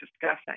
discussing